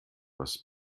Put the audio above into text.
was